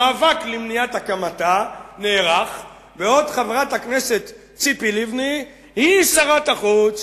המאבק למניעת הקמתה נערך בעוד חברת הכנסת ציפי לבני היא שרת החוץ,